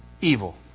evil